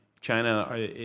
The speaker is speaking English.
China